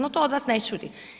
No to od vas ne čudi.